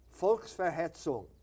Volksverhetzung